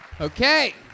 Okay